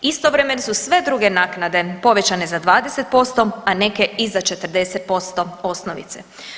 Istovremeno su sve druge naknade povećane za 20%, a neke i za 40% osnovice.